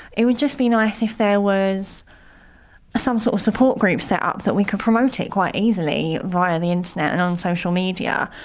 it would just be nice if there was some sort of support group set up that we could promote it quite easily via the internet and on social media.